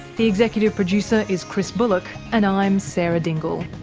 the executive producer is chris bullock, and i'm sarah dingle